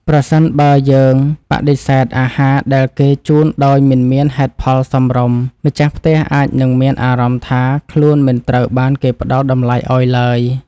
ប្រសិនបើយើងបដិសេធអាហារដែលគេជូនដោយមិនមានហេតុផលសមរម្យ ម្ចាស់ផ្ទះអាចនឹងមានអារម្មណ៍ថា ខ្លួនមិនត្រូវបានគេផ្តល់តម្លៃឱ្យឡើយ។